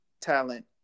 talent